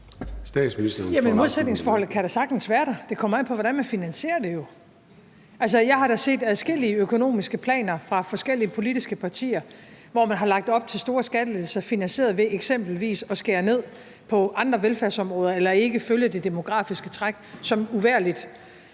modsætningsforholdet kan da sagtens være der. Det kommer jo an på, hvordan man finansierer det. Altså, jeg har da set adskillige økonomiske planer fra forskellige politiske partier, hvor man har lagt op til store skattelettelser finansieret ved eksempelvis at skære ned på andre velfærdsområder eller ikke følge det demografiske træk, hvilket